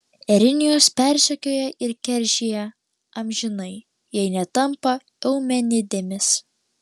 erinijos persekioja ir keršija amžinai jei netampa eumenidėmis